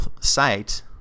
site